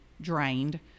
drained